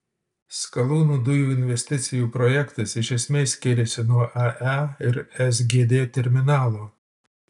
skalūnų dujų investicijų projektas iš esmės skiriasi nuo ae ir sgd terminalo